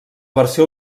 versió